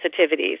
sensitivities